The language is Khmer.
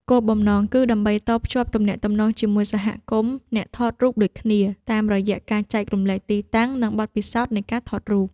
គោលបំណងគឺដើម្បីតភ្ជាប់ទំនាក់ទំនងជាមួយសហគមន៍អ្នកថតរូបដូចគ្នា តាមរយៈការចែករំលែកទីតាំង និងបទពិសោធន៍នៃការថតរូប។